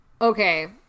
Okay